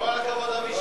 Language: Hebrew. כל הכבוד, אבישי.